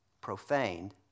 profaned